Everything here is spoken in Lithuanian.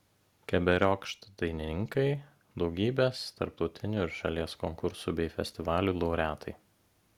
keberiokšt dainininkai daugybės tarptautinių ir šalies konkursų bei festivalių laureatai